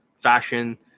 Fashion